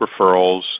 referrals